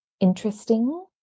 interesting